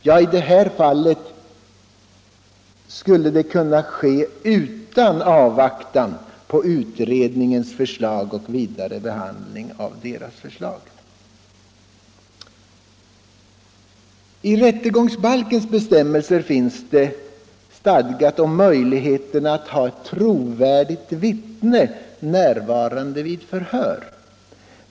Ja, i detta fall skulle det kunna ske utan avvaktan på utredningens förslag och den vidare behandlingen av dess förslag. I rättegångsbalkens bestämmelser finns det stadgat om möjlighet att ha ett trovärdigt vittne närvarande vid förhör.